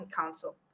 Council